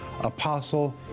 apostle